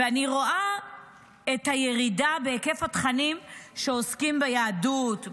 אני רואה את הירידה בהיקף התכנים שעוסקים ביהדות,